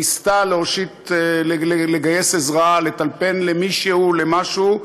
ניסתה להושיט, לגייס עזרה, לטלפן למישהו, למשהו,